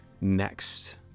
next